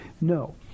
No